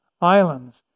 Islands